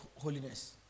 holiness